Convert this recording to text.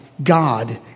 God